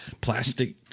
plastic